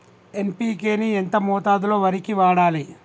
NPK ని ఎంత మోతాదులో వరికి వాడాలి?